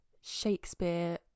Shakespeare